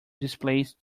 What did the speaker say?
displaced